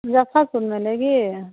मुजफ्फ़रपुर में लेगी